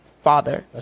father